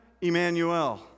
Emmanuel